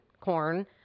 corn